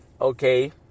okay